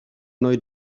neu